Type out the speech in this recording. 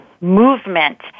movement